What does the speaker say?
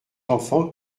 enfant